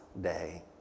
day